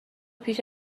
پیش